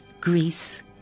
Greece